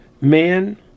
man